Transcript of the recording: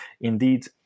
Indeed